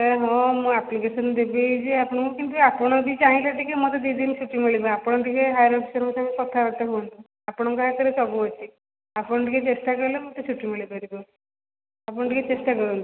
sir ହଁ ମୁଁ application ଦେବି ଯେ ଆପଣଙ୍କୁ କିନ୍ତୁ ଆପଣ ବି ଚାହିଁଲେ ଟିକେ ମୋତେ ଦୁଇ ଦିନ ଛୁଟି ମିଳିବ ଆପଣ ଟିକେ ହାଇୟର ଅଫିସରଙ୍କ ସାଙ୍ଗରେ କଥାବାର୍ତ୍ତା ହୁଅନ୍ତୁ ଆପଣଙ୍କ ହାଥରେ ସବୁ ଅଛି ଆପଣ ଟିକେ ଚେଷ୍ଟା କଲେ ମୋତେ ଛୁଟି ମିଳିପାରିବ ଆପଣ ଟିକେ ଚେଷ୍ଟା କରନ୍ତୁ